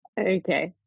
Okay